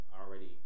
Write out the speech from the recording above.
already